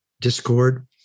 discord